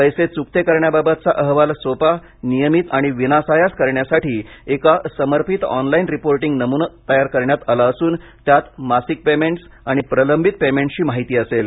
पैसे चुकते करण्याबाबतचा अहवाल सोपा नियमित आणि विनासायास करण्यासाठी एक समर्पित ऑनलाईन रिपोर्टिंग नमुना तयार करण्यात आला असून त्यात मासिक पेमेंट्स आणि प्रलंबित पेमेंट्सची माहिती असेल